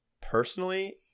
personally